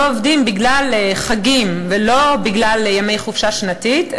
עובדים בגלל חגים ולא בגלל ימי חופשה שנתית.